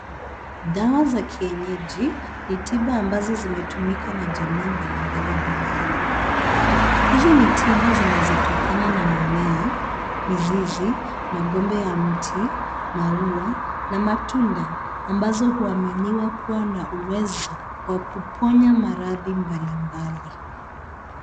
Dawa za kienyeji ni tiba ambazo zimetumika na jamii mbalimbali duniani. Hizi ni tiba zinazotokana na mimea, mizizi, magombe ya mti, maua na matunda ambazo huaminiwa kuwa na uwezo wa kuponya maradhi mbalimbali.